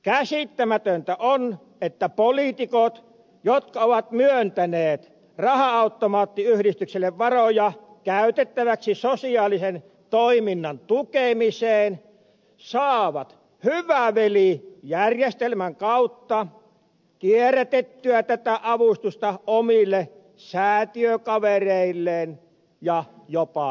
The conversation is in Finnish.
käsittämätöntä on että poliitikot jotka ovat myöntäneet raha automaattiyhdistykselle varoja käytettäväksi sosiaalisen toiminnan tukemiseen saavat hyvä veli järjestelmän kautta kierrätettyä tätä avustusta omille säätiökavereilleen ja jopa itselleen